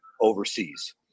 overseas